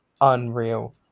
unreal